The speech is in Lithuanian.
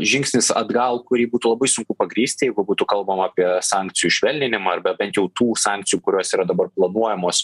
žingsnis atgal kurį būtų labai sunku pagrįsti jeigu būtų kalbama apie sankcijų švelninimą arba bent jau tų sankcijų kurios yra dabar planuojamos